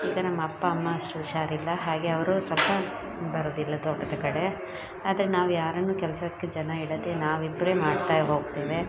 ಈಗ ನಮ್ಮ ಅಪ್ಪ ಅಮ್ಮ ಅಷ್ಟು ಹುಷಾರಿಲ್ಲ ಹಾಗೇ ಅವರು ಸ್ವಲ್ಪ ಬರುವುದಿಲ್ಲ ತೋಟದ ಕಡೆ ಆದರೆ ನಾವು ಯಾರನ್ನು ಕೆಲಸಕ್ಕೆ ಜನ ಇಡದೇ ನಾವಿಬ್ಬರೇ ಮಾಡ್ತಾ ಹೋಗ್ತೇವೆ